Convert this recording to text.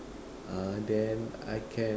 uh then I can